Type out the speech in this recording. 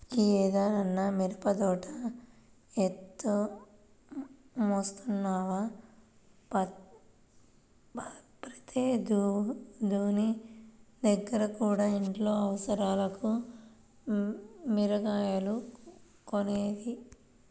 యీ ఏడన్నా మిరపదోట యేత్తన్నవా, ప్రతేడూ నీ దగ్గర కదా ఇంట్లో అవసరాలకి మిరగాయలు కొనేది